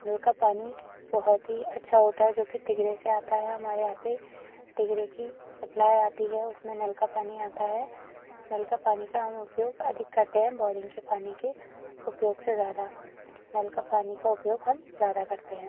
नल का पानी बहुत ही अच्छा होता है जो कि तिगरे से आता है हमारे यहाँ पर तिगरे की सप्लाई आती है उसमें नल का पानी आता है नल का पानी का हम उपयोग अधिक करते हैं बोरिंग के पानी के उपयोग से ज्यादा नल का पानी का उपयोग हम ज्यादा करते हैं